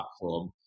platform